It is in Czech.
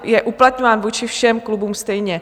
Je uplatňován vůči všem klubům stejně.